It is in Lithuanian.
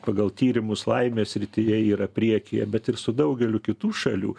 pagal tyrimus laimės srityje yra priekyje bet ir su daugeliu kitų šalių